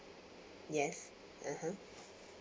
yes (uh huh)